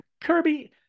Kirby